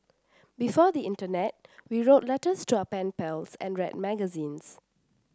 before the internet we wrote letters to our pen pals and read magazines